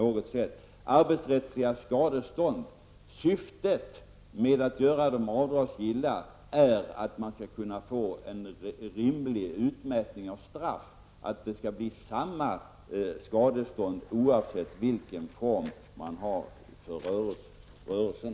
Syftet med att göra arbetsrättsliga skadestånd avdragsgilla är att få en rimlig utmärkning av straffen, att få skadestånden lika oavsett vilken form det är för rörelsen.